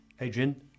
Adrian